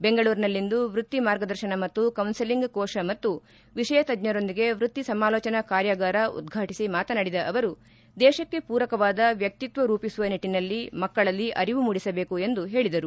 ಬೆಂಗಳೂರಿನಲ್ಲಿಂದು ವೃತ್ತಿ ಮಾರ್ಗದರ್ಶನ ಪಾಗೂ ಕೌನ್ಸಲಿಂಗ್ ಕೋಶ ಮತ್ತು ವಿಷಯ ತಜ್ಞರೊಂದಿಗೆ ವೃತ್ತಿ ಸಮಾಲೋಜನಾ ಕಾರ್ಯಾಗಾರ ಉದ್ಘಾಟಿಸಿ ಮಾತನಾಡಿದ ಅವರು ದೇಶಕ್ಕೆ ಪೂರಕವಾದ ವ್ಯಕ್ತಿತ್ವ ರೂಪಿಸುವ ನಿಟ್ಟನಲ್ಲಿ ಮಕ್ಕಳಲ್ಲಿ ಅರಿವು ಮೂಡಿಸಬೇಕು ಎಂದು ಅವರು ಹೇಳಿದರು